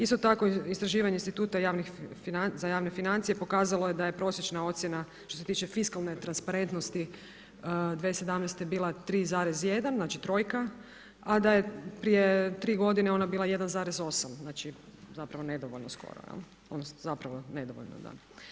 Isto tako istraživanje Instituta za javne financije pokazalo je da je prosječna ocjena što se tiče fiskalne transparentnosti 2017. bila 3,1, znači trojka a da je prije 3 godine ona bila 1,8, znači zapravo nedovoljno skoro, odnosno zapravo nedovoljno, da.